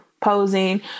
posing